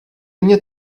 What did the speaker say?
mně